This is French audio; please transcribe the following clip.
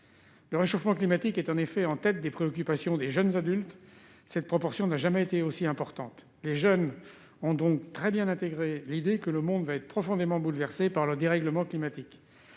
Le réchauffement climatique est en effet en tête des préoccupations des jeunes adultes, dans une proportion qui n'a jamais été si importante. Les jeunes ont donc très bien intégré l'idée que le monde sera profondément bouleversé par le dérèglement climatique.